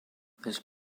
this